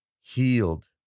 healed